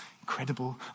Incredible